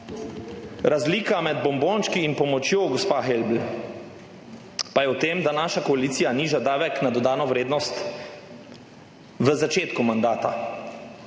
Razlika med bombončki in pomočjo, gospa Helbl, pa je v tem, da naša koalicija niža davek na dodano vrednost v začetku mandata